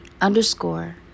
underscore